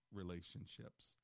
relationships